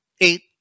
eight